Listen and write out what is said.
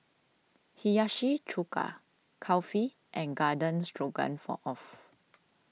Hiyashi Chuka Kulfi and Garden Stroganoff